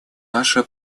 наша